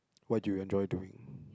what do you enjoy doing